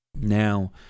Now